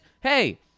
hey